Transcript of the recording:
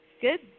good